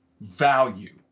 value